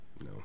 No